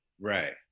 Right